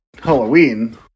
Halloween